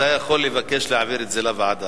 אתה יכול לבקש להעביר את זה לוועדה,